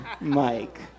Mike